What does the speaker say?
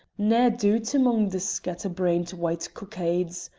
nae doot amoung the scatter-brained white cockades.